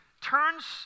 turns